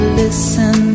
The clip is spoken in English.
listen